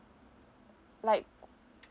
like